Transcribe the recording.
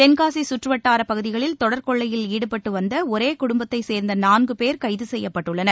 தென்காசி கற்றுவட்டாரப் பகுதிகளில் தொடர் கொள்ளையில் ஈடுபட்டு வந்த ஒரே குடும்பத்தைச் சேர்ந்த நான்கு பேர் கைது செய்யப்பட்டுள்ளனர்